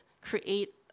create